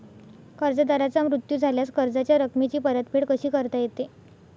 कर्जदाराचा मृत्यू झाल्यास कर्जाच्या रकमेची परतफेड कशी करता येते?